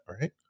Right